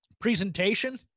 presentation